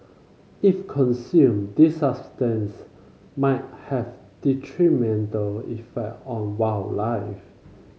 if consumed these substance might have detrimental effect on wildlife